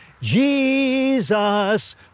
Jesus